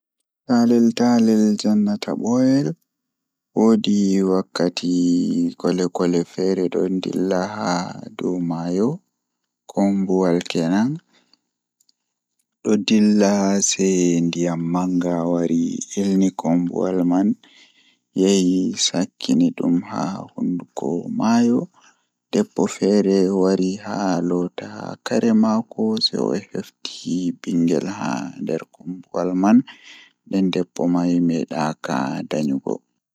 Taalel taalel jannata booyel, Himbe don mana mo dow o wawi kuugal bookaaku masin odon siira himbe nyende goo odon joodi odon siira o andaa sei o fecciti kosde maako bee siri maako man oo kosde maako wurti o dari odon wooka egaa nyende man o meetai sirugo goddo koomojo.